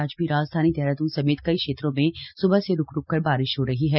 आज भी राजधानी देहरादून समेत कई क्षेत्रों में स्बह से रुक रुक कर बारिश हो रही है